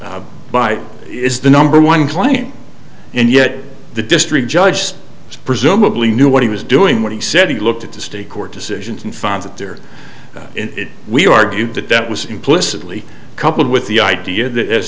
is by is the number one claim and yet the district judge presumably knew what he was doing what he said he looked at the state court decisions and found that there in it we argued that that was implicitly coupled with the idea that as